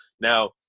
now